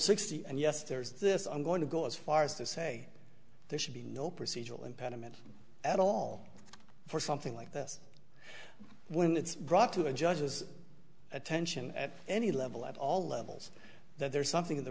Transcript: sixty and yes there's this i'm going to go as far as to say there should be no procedural impediment at all for something like this when it's brought to a judge's attention at any level at all levels that there's something in the